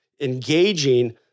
engaging